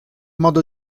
modo